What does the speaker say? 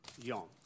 young